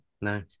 No